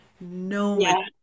no